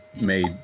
made